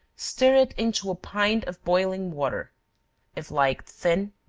stir it into a pint of boiling water if liked thin,